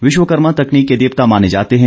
विश्वकर्मा तकनीक के देवता माने जाते हैं